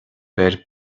beir